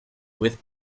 with